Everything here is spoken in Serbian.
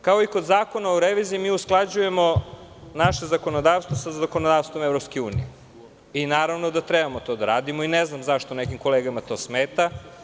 Kao i kod Zakona o reviziji, mi usklađujemo naše zakonodavstvo sa zakonodavstvom EU i naravno da treba to da radimo i ne znam zašto nekim kolegama to smeta.